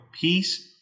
peace